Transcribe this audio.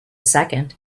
second